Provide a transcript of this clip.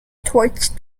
torch